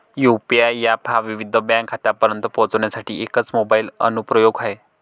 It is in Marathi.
यू.पी.आय एप हा विविध बँक खात्यांपर्यंत पोहोचण्यासाठी एकच मोबाइल अनुप्रयोग आहे